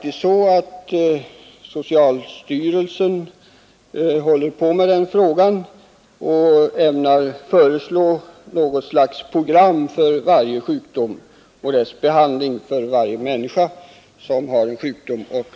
Socialstyrelsen arbetar med den frågan och ämnar föreslå något slags program för behandlingen av varje människa som har en sjukdom.